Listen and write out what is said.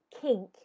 kink